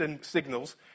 signals